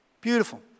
Beautiful